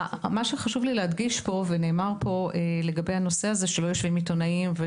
לי להדגיש פה משהו שנאמר לגבי הנושא שלא יושבים בוועדה עיתונאים.